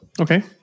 Okay